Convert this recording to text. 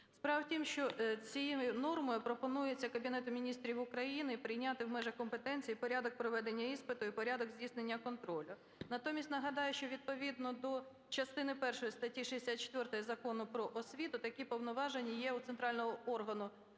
Справа в тім, що цією нормою пропонується Кабінету Міністрів України прийняти в межах компетенції порядок проведення іспиту і порядок здійснення контролю. Натомість нагадаю, що відповідно до частини першої статті 64 Закону "Про освіту" такі повноваження є у центрального органу